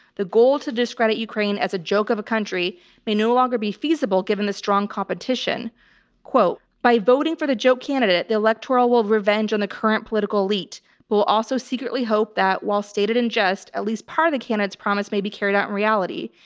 the goal to discredit ukraine as a joke of a country may no longer be feasible given the strong competition quote by voting for the joke candidate the electoral will revenge on the current political elite will also secretly hope that while stated in jest at least part of the candidates promise may be carried out in reality.